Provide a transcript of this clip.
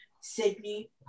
Sydney